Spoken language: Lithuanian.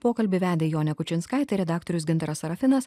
pokalbį vedė jonė kučinskaitė redaktorius gintaras serafinas